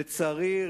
לצערי,